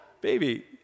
Baby